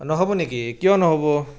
নহ'ব নেকি কিয় নহ'ব